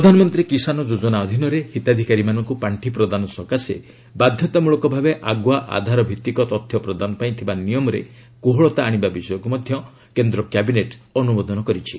ପ୍ରଧାନମନ୍ତ୍ରୀ କିଷାନ ଯୋଜନା ଅଧୀନରେ ହିତାଧିକାରୀମାନଙ୍କୁ ପାର୍ଷି ପ୍ରଦାନ ସକାଶେ ବାଧ୍ୟତାମ୍ରଳକଭାବେ ଆଗୁଆ ଆଧାର ଭିତ୍ତିକ ତଥ୍ୟ ପ୍ରଦାନ ପାଇଁ ଥିବା ନିୟମରେ କୋହଳତା ଆଣିବା ବିଷୟକୁ ମଧ୍ୟ କେନ୍ଦ୍ର କ୍ୟାବିନେଟ ଅନୁମୋଦନ କରିଛି